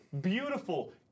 beautiful